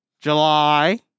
July